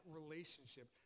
relationship